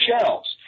shelves